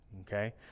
okay